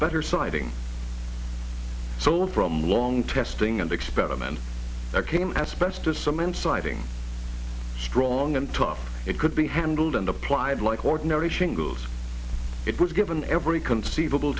better sighting sold from long testing and experiment that came asbestos some inciting strong and tough it could be handled and applied like ordinary shingles it was given every conceivable